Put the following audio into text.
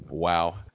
Wow